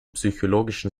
psychologischen